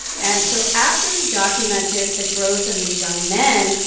and so after he documented the growth in these young men,